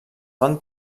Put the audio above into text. van